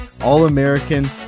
All-American